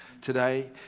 today